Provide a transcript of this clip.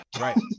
right